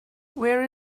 where